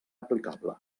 aplicable